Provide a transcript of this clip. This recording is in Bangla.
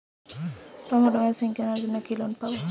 টেলার মেশিন কেনার জন্য কি লোন পাব?